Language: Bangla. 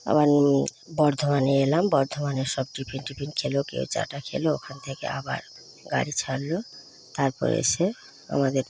আবার বর্ধমানে এলাম বর্ধমানে সব টিফিন টিফিন খেলো খেয়ে কেউ চাটা খেলো ওইখান থেকে আবার গাড়ি ছাড়লো তারপর এসে আমাদের